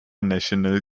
national